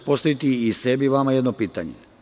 Postaviću i sebi i vama jedno pitanje.